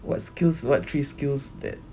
what skills what three skills that